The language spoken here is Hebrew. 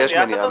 יש מניעה כזאת.